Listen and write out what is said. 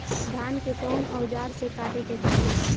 धान के कउन औजार से काटे के चाही?